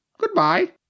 Goodbye